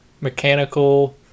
mechanical